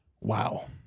Wow